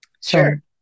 Sure